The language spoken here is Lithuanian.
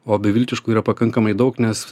o beviltiškų yra pakankamai daug nes